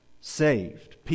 saved